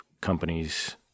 companies